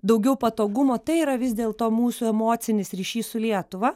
daugiau patogumo tai yra vis dėlto mūsų emocinis ryšys su lietuva